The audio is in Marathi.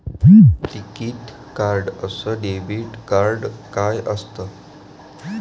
टिकीत कार्ड अस डेबिट कार्ड काय असत?